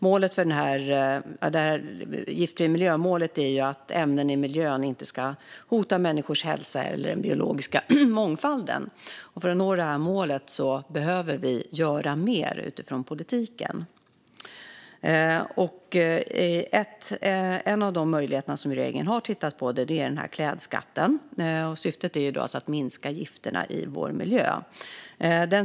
Målet om en giftfri miljö handlar om att ämnen i miljön inte ska hota människors hälsa eller den biologiska mångfalden, och för att nå detta mål behöver vi göra mer från politikens sida. En av de möjligheter som regeringen har tittat på är klädskatten. Syftet är alltså att minska gifterna i vår miljö.